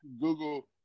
Google